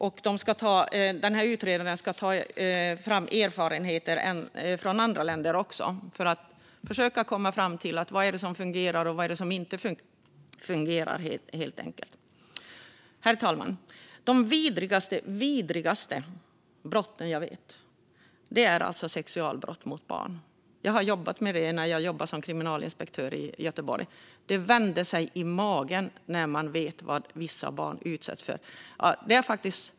Utredaren ska också ta in erfarenheter från andra länder för att försöka komma fram till vad som fungerar och vad som inte fungerar. Herr talman! De vidrigaste brott jag vet är sexualbrott mot barn. Jag jobbade med det när jag var kriminalinspektör i Göteborg. Det vänder sig i magen när man vet vad vissa barn utsätts för.